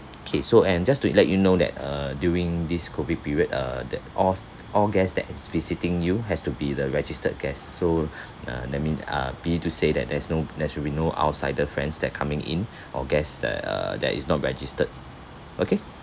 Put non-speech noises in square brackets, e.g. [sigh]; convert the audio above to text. okay so and just to let you know that uh during this COVID period uh that all all guests that is visiting you has to be the registered guests so [breath] uh that mean uh be it to say that there is no there should be no outsider friends that coming in [breath] or guests that uh that is not registered okay